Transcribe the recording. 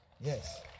Yes